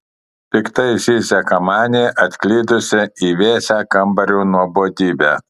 piktai zyzia kamanė atklydusi į vėsią kambario nuobodybę